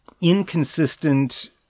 inconsistent